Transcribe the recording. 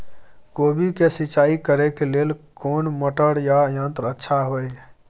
कोबी के सिंचाई करे के लेल कोन मोटर या यंत्र अच्छा होय है?